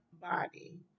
body